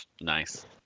Nice